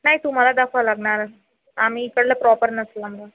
नाही तुम्हाला दाखवावं लागणार आम्ही इकडले प्रॉपर नसल्यामुळं